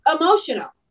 emotional